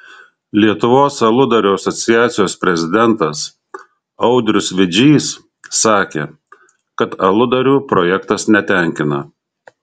lietuvos aludarių asociacijos prezidentas audrius vidžys sakė kad aludarių projektas netenkina